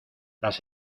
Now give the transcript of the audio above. las